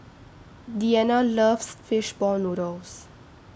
Deana loves Fish Ball Noodles